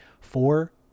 four